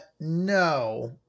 no